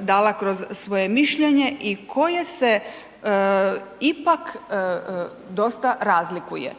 dala kroz svoje mišljenje i koje se pak dosta razlikuje.